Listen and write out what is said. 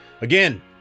Again